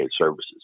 Services